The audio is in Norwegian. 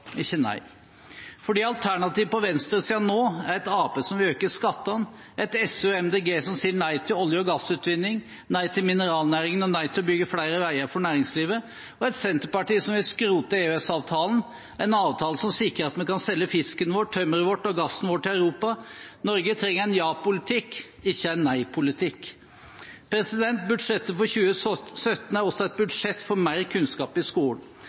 ikke nei. Alternativet på venstresiden nå er et Arbeiderparti som vil øke skattene, et SV og et MDG som sier nei til olje- og gassutvinning, nei til mineralnæringen og nei til å bygge flere veier for næringslivet, og et Senterparti som vil skrote EØS-avtalen, en avtale som sikrer at vi kan selge fisken vår, tømmeret vårt og gassen vår til Europa. Norge trenger en ja-politikk, ikke en nei-politikk. Budsjettet for 2017 er også et budsjett for mer kunnskap i skolen.